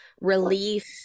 relief